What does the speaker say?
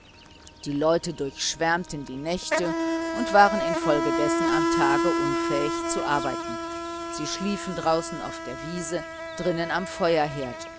die leute durchschwärmten die nächte und waren infolgedessen am tage unfähig zu arbeiten sie schliefen draußen auf der wiese und drinnen am feuerherd